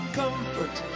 comfort